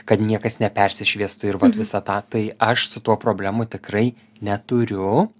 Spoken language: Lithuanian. kad niekas nepersišviestų ir vat visą tą tai aš su tuo problemų tikrai neturiu